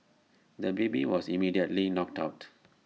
the baby was immediately knocked out